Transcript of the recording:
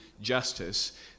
justice